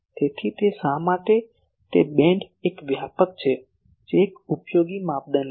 તેથી તે શા માટે તે બીમ એક વ્યાપક છે જે એક ઉપયોગી માપદંડ છે